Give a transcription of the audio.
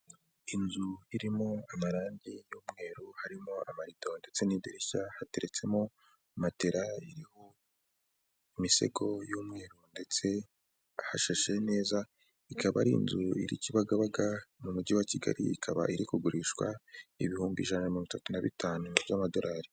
Inzu irimo amarangi y'umweru harimo amarido ndetse n'idirishya, hateretsemo matela iriho imisego y'umweru ndetse hashashe neza, ikaba ari inzu iri i Kibagabaga mu mujyi wa Kigali, ikaba iri kugurishwa ibihumbi ijana na mirongo itatu na bitanu by'amadorari.